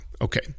Okay